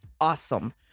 awesome